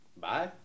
Bye